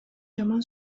жаман